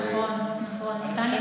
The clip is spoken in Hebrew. נכון, נכון.